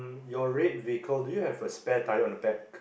your red vehicle do you have a spare tyre on the back